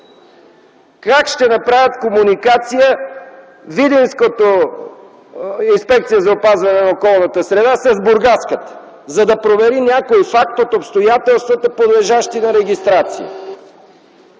Как ще направи комуникация Видинската инспекция по опазване на околната среда и водите с бургаската, за да провери някой факт от обстоятелствата, подлежащи на регистрация?